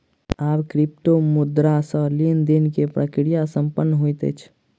आब क्रिप्टोमुद्रा सॅ लेन देन के प्रक्रिया संपन्न होइत अछि